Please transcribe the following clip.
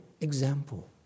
example